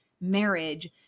marriage